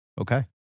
Okay